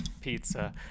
pizza